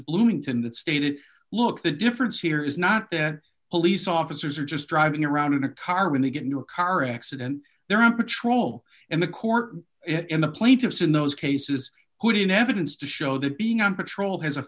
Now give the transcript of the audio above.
bloomington that stated look the difference here is not that police officers are just driving around in a car when they get into a car accident they're on patrol in the court and the plaintiffs in those cases who do you know evidence to show that being on patrol